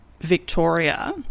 Victoria